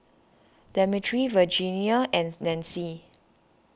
Demetri Virginia and Nancy